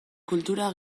kultura